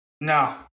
no